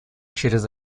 через